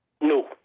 No